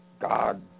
God